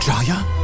Jaya